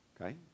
Okay